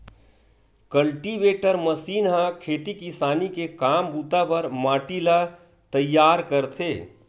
cultivator machine ह खेती किसानी के काम बूता बर माटी ल तइयार करथे